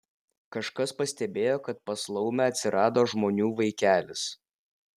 kažkas pastebėjo kad pas laumę atsirado žmonių vaikelis